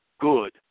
good